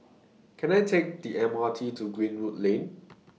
Can I Take The M R T to Greenwood Lane